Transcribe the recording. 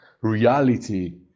reality